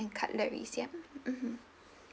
and cutleries ya mmhmm